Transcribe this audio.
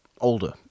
older